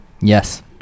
Yes